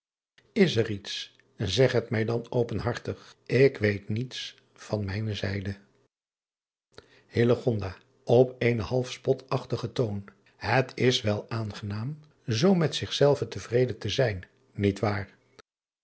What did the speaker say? s er iets zeg het mij dan openhartig k weet niets van mijne zijde p eenen halfspotachtigentoon et is wel aangenaam zoo met zichzelven te vreden te zijn niet waar